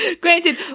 Granted